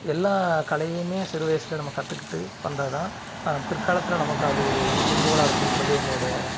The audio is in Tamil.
எல்லா கலையிமே சிறு வயசில் நம்ம கற்றுக்கிட்டு வந்தது தான் பிற்காலத்தில் நமக்கு அது ஒரு உந்துக்கோலா இருக்கின்றது என்னோடைய